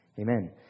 Amen